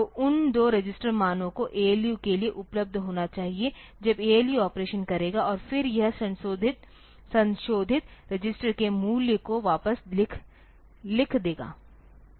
तो उन दो रजिस्टर मानों को ALU के लिए उपलब्ध होना चाहिए जब ALU ऑपरेशन करेगा और फिर यह संशोधित रजिस्टर के मूल्य को वापस लिख देगा